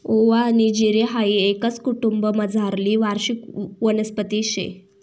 ओवा आनी जिरे हाई एकाच कुटुंबमझारली वार्षिक वनस्पती शे